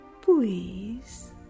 Please